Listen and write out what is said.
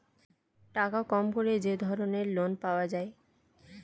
টাকা কম করে যে ধরনের লোন পাওয়া যায়